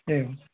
एवं